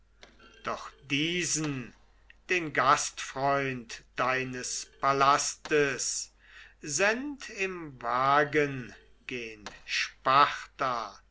doch diesen den gastfreund deines palastes send im wagen